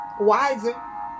wiser